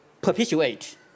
perpetuate